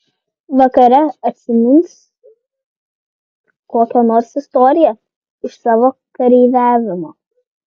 vakare atsimins kokią nors istoriją iš savo kareiviavimo